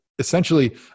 essentially